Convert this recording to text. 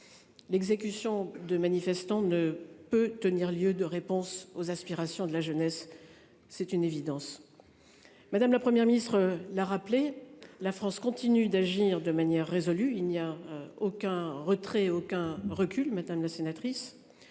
L'exécution de manifestants ne peut tenir lieu de réponse aux aspirations de la jeunesse. C'est une évidence. Madame, la Première ministre l'a rappelé, la France continue d'agir de manière résolue, il n'y a aucun retrait aucun recul, madame la sénatrice.